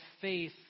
faith